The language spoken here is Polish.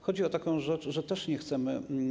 Chodzi o taką rzecz, że też nie chcemy.